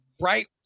right